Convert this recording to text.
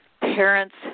parents